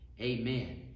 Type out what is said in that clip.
amen